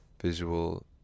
visual